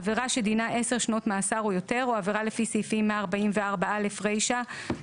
עבירה שדינה עשר שנות מאסר או יותר או עבירה לפי סעיפים 144(א) רישא,